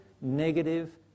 negative